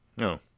No